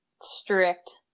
strict